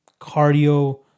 cardio